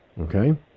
okay